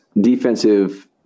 defensive